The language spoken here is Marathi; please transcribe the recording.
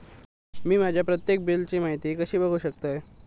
मी माझ्या प्रत्येक बिलची माहिती कशी बघू शकतय?